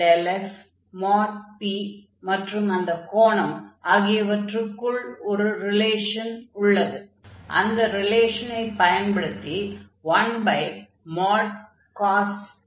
|∇f| |p| மற்றும் அந்தக் கோணம் ஆகியவற்றுக்குள் ஒரு ரிலேஷன் உள்ளது அந்த ரிலேஷனை பயன்படுத்தி 1cos ஐ |∇f|∇f